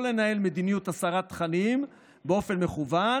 לנהל מדיניות הסרת תכנים באופן מכוון,